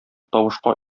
тавышка